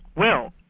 well,